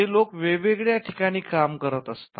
हे लोक वेगवेगळ्या ठिकाणी काम करत असतात